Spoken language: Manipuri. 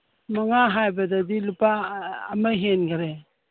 ꯃꯉꯥ ꯍꯥꯏꯕꯗꯗꯤ ꯂꯨꯄꯥ ꯑꯃ ꯍꯦꯟꯒꯔꯦ